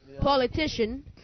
politician